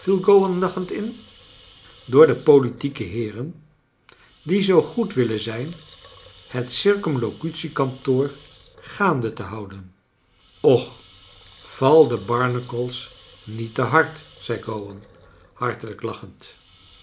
door de politieke heeren die wel zoo goed willen zijn het circumlocatie kantoor gaande te houden och val de barnacles niet te hard zei gowan hartelijk lachend